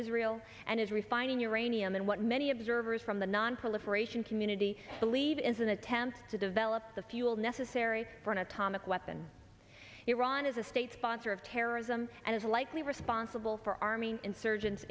israel and is refining uranium and what many observers from the nonproliferation community believe is an attempt to develop the fuel necessary for an atomic weapon iran is a state sponsor of terrorism and is likely responsible for arming insurgents